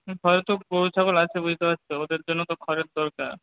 হয়তো গরু ছাগল আছে বুঝতে পারছো ওদের জন্য তো খড়ের দরকার